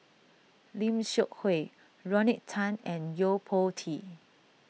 Lim Seok Hui Rodney Tan and Yo Po Tee